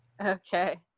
Okay